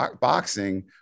boxing